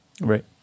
Right